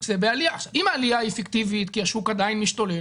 אבל כשזה בעלייה אם העלייה היא פיקטיבית כי השוק עדיין משתולל,